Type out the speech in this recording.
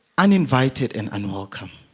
uninvited and and we'll come